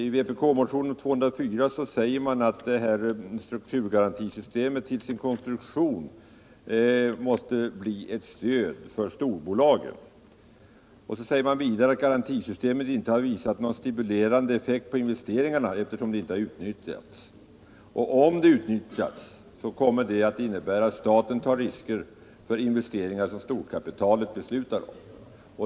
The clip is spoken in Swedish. I vpk-motionen, nr 204, anförs att strukturgarantisystemet till sin konstruktion är ett stöd för storbolagen. Man säger vidare att garantisystemet inte har visat sig ha någon stimulerande effekt på investeringarna eftersom det inte utnyttjats, och om det utnyttjas innebär detta att staten tar risker för investeringar som storkapitalet beslutar om.